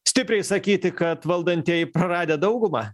stipriai sakyti kad valdantieji praradę daugumą